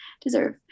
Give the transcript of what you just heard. deserve